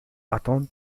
attend